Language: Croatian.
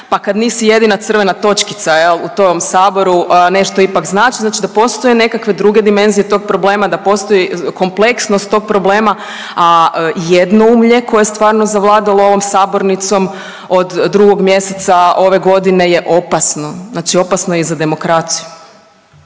pa kad nisi jedina crvena točkica u tom Saboru, nešto ipak znači, znači da postoje nekakve druge dimenzije tog problema, da postoji kompleksnost tog problema, a jednoumlje koje je stvarno zavladalo ovom sabornicom od 2. mjeseca ove godine ne opasno. Znači opasno i za demokraciju.